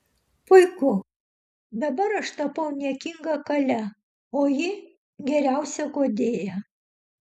puiku dabar aš tapau niekinga kale o ji geriausia guodėja